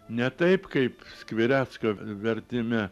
ne taip kaip skvirecko vertime